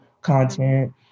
content